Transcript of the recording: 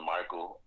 Michael